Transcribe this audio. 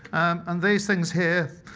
and these things here,